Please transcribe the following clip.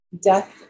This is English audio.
death